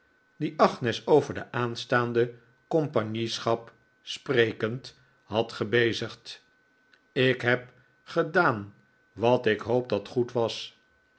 die agnes over de aanstaande compagnieschap sprekend had gebezigd ik heb gedaan wat ik hoop dat goed was